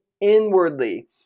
inwardly